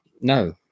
No